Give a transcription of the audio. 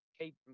keep